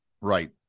right